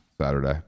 Saturday